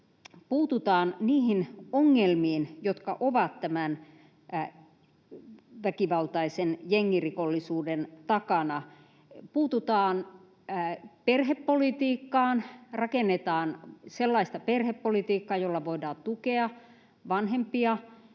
puututaan niihin ongelmiin, jotka ovat tämän väkivaltaisen jengirikollisuuden takana: Puututaan perhepolitiikkaan, rakennetaan sellaista perhepolitiikkaa, jolla voidaan tukea vanhempia